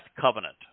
covenant